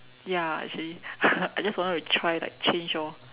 ya actually I just wanted to try like change orh